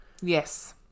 Yes